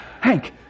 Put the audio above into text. Hank